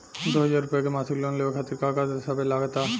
दो हज़ार रुपया के मासिक लोन लेवे खातिर का का दस्तावेजऽ लग त?